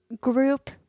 group